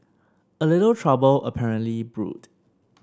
a little trouble apparently brewed